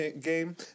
game